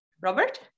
Robert